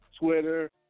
Twitter